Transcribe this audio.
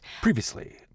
Previously